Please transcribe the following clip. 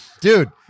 Dude